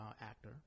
actor